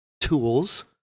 tools